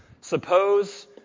suppose